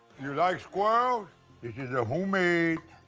you like squirrels? this a homemade